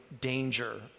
danger